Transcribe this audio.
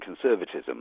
conservatism